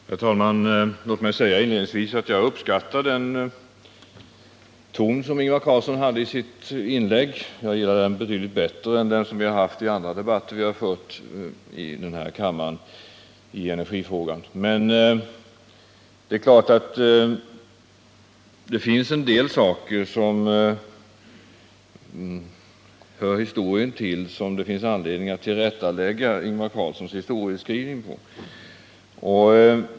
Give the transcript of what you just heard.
Herr talman! Låt mig inledningsvis säga att jag uppskattar den ton som Ingvar Carlsson hade i sitt anförande. Jag gillar den betydligt bättre än den han har haft i andra debatter i energifrågan här i kammaren. Men det är klart att det finns anledning att tillrättalägga Ingvar Carlssons historieskrivning.